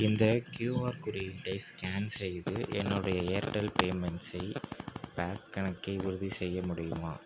இந்த கியூஆர் குறியீட்டை ஸ்கேன் செய்து என்னுடைய ஏர்டெல் பேமெண்ட்ஸை பேங்க் கணக்கை உறுதிசெய்ய முடியுமா